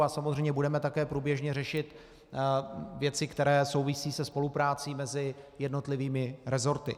A samozřejmě budeme také průběžně řešit věci, které souvisí se spoluprací mezi jednotlivými resorty.